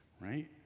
right